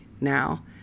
now